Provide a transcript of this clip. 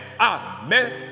amen